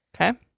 okay